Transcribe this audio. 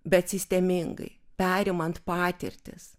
bet sistemingai perimant patirtis